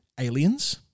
Aliens